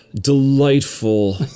delightful